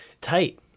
Tight